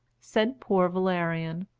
said poor valerian,